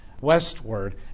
westward